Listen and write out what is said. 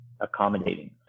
accommodating